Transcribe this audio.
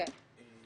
כן.